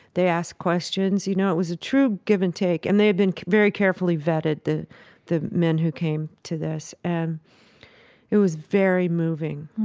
they asked questions, you know, it was a true give and take. and they had been very carefully vetted, the the men who came to this. and it was very moving.